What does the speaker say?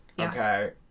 okay